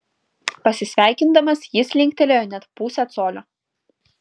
pasisveikindamas jis linktelėjo net pusę colio